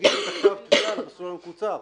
שיגישו את כתב התביעה למסלול המקוצר?